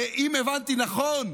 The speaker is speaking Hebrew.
אם הבנתי נכון,